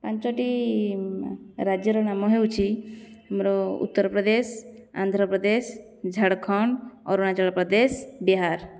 ପାଞ୍ଚଟି ରାଜ୍ୟର ନାମ ହେଉଛି ଆମର ଉତ୍ତରପ୍ରଦେଶ ଆନ୍ଧ୍ରପ୍ରଦେଶ ଝାଡ଼ଖଣ୍ଡ ଅରୁଣାଚଳପ୍ରଦେଶ ବିହାର